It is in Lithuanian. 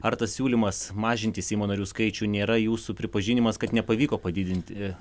ar tas siūlymas mažinti seimo narių skaičių nėra jūsų pripažinimas kad nepavyko padidinti